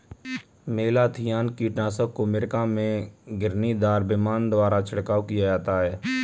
malathion कीटनाशक को America में घिरनीदार विमान द्वारा छिड़काव किया जाता है